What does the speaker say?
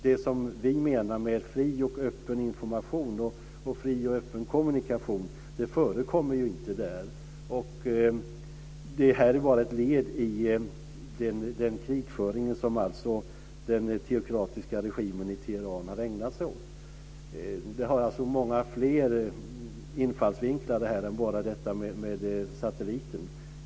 Det som vi menar med fri och öppen information och fri och öppen kommunikation förekommer ju inte där. Det här är bara ett led i den krigföringen, som alltså den teokratiska regimen i Teheran har ägnat sig åt. Det här har alltså många fler infallsvinklar än bara det här med satelliten.